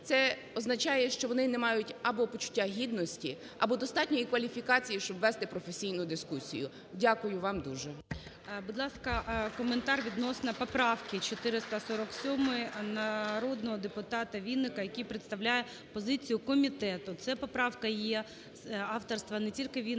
це означає, що вони не мають або почуття гідності, або достатньої кваліфікації, щоб вести професійну дискусію. Дякую вам дуже. ГОЛОВУЮЧИЙ. Будь ласка, коментар відносно поправки 447 народного депутата Вінника, який представляє позицію комітету. Це поправка є авторства не тільки Вінника,